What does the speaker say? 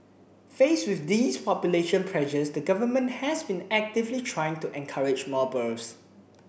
faced with these population pressures the Government has been actively trying to encourage more births